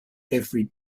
every